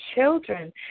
children